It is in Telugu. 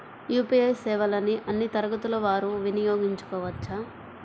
యూ.పీ.ఐ సేవలని అన్నీ తరగతుల వారు వినయోగించుకోవచ్చా?